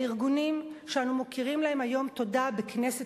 הארגונים שאנו מוקירים להם היום תודה בכנסת